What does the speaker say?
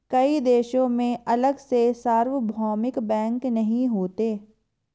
कई देशों में अलग से सार्वभौमिक बैंक नहीं होते